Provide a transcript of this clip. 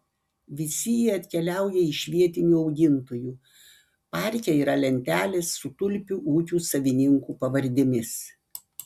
visi jie atkeliauja iš vietinių augintojų parke yra lentelės su tulpių ūkių savininkų pavardėmis